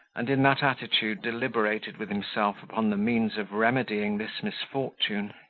and in that attitude deliberated with himself upon the means of remedying this misfortune.